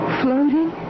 floating